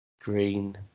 Green